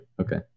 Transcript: Okay